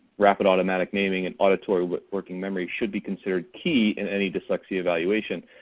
rapid automatic naming, and auditory working memory should be considered key in any dyslexia evaluation.